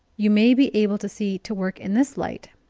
you may be able to see to work in this light,